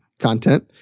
content